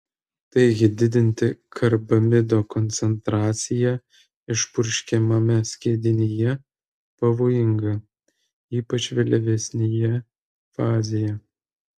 taigi didinti karbamido koncentraciją išpurškiamame skiedinyje pavojinga ypač vėlyvesnėje fazėje